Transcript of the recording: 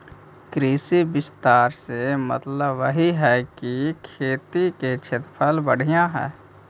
कृषि विस्तार से मतलबहई कि खेती के क्षेत्रफल बढ़ित हई